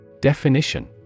Definition